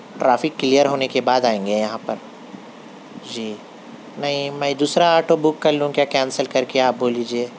traffic clear ہونے کے بعد آئیں گے یہاں پر جی نہیں میں دوسرا آٹو بک کر لوں کیا کینسل کر کے کیا آپ بول لیجئے